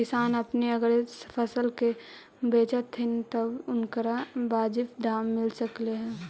किसान अपने अगर फसल सब के बेचतथीन तब उनकरा बाजीब दाम मिल सकलई हे